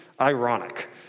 ironic